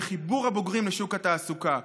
בחיבור הבוגרים לשוק התעסוקה.